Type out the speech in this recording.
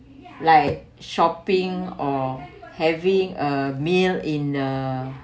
like shopping or having a meal in a